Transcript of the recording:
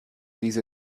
diese